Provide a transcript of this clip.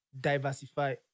diversify